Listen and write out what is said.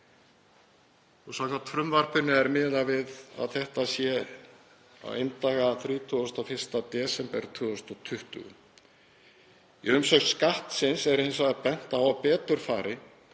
Samkvæmt frumvarpinu er miðað við að þetta sé á eindaga 31. desember 2020. Í umsögn Skattsins er hins vegar bent á að betur fari